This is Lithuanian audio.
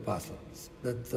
paslaptis bet